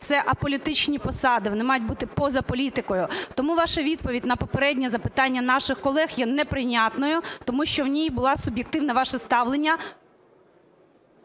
це аполітичні посади, вони мають будуть поза політикою. Тому ваша відповідь на попереднє запитання наших колег є неприйнятною, тому що в ній було суб'єктивне ваше ставлення…